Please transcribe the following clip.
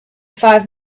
five